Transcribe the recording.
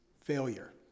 failure